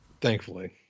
Thankfully